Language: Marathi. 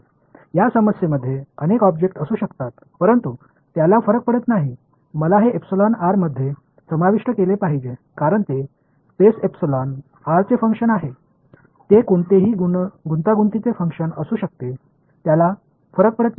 या समस्येमध्ये अनेक ऑब्जेक्ट्स असू शकतात परंतु त्याला फरक पडत नाही मला हे एप्सिलॉन आर मध्ये समाविष्ट केले पाहिजे कारण ते स्पेस एप्सिलॉन आरचे फंक्शन आहे ते कोणतेही गुंतागुंतीचे फंक्शन असू शकते त्याला फरक पडत नाही